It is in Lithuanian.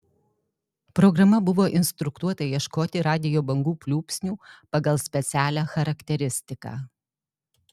programa buvo instruktuota ieškoti radijo bangų pliūpsnių pagal specialią charakteristiką